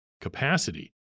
capacity